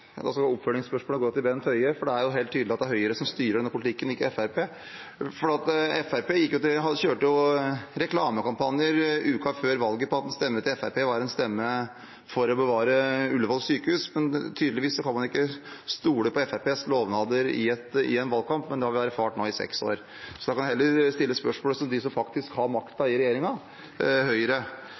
går til Bent Høie, for det er helt tydelig at det er Høyre som styrer denne politikken, og ikke Fremskrittspartiet. Fremskrittspartiet kjørte jo reklamekampanjer uken før valget om at en stemme til Fremskrittspartiet var en stemme for å bevare Ullevål sykehus, men tydeligvis kan man ikke stole på Fremskrittspartiets lovnader i en valgkamp – det har vi erfart nå i seks år. Da kan en heller stille spørsmålet til dem som faktisk har makten i regjeringen: Høyre.